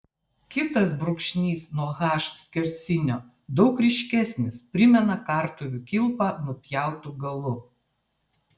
kitas brūkšnys nuo h skersinio daug ryškesnis primena kartuvių kilpą nupjautu galu